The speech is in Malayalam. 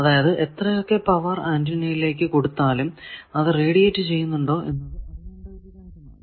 അതായതു എത്രയൊക്കെ പവർ ആന്റിനയിലേക്ക് കൊടുത്താലും അത് റേഡിയേറ്റ് ചെയ്യുന്നുണ്ടോ എന്നത് അറിയേണ്ട ഒരു കാര്യമാണ്